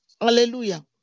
Hallelujah